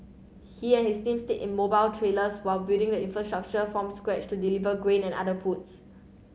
he and his team stayed in mobile trailers while building the infrastructure from scratch to deliver grain and other foods